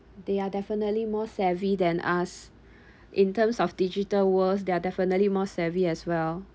they are definitely more savvy than us in terms of digital worlds they are definitely more savvy as well